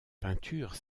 peinture